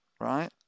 right